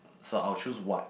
so I'll choose what